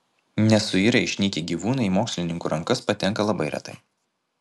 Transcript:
nesuirę išnykę gyvūnai į mokslininkų rankas patenka labai retai